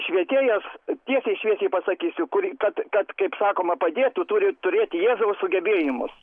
švietėjas tiesiai šviesiai pasakysiu kur kad kad kaip sakoma padėtų turi turėti jėzaus sugebėjimus